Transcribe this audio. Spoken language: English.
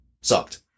sucked